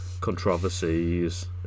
Controversies